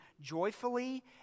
joyfully